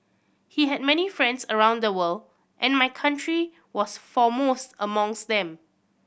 he had many friends around the world and my country was foremost amongst them